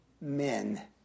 men